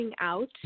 out